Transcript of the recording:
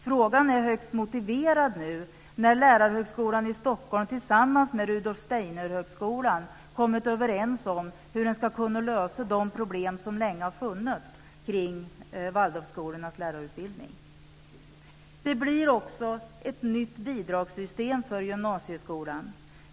Frågan är högst motiverad när nu Lärarhögskolan i Stockholm tillsammans med Rudolf Steinerhögskolan kommit överens om hur man ska kunna lösa de problem som länge funnits kring Waldorfskolornas lärarutbildning. Det blir också ett nytt bidragssystem för gymnasieskolan.